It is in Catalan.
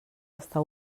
està